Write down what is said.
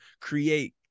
create